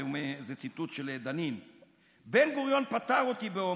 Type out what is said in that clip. הצטלם לפני כחודש עם נשיא תוניסיה כשמעליהם יש מפה של ארץ ישראל,